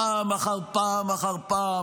פעם אחר פעם אחר פעם,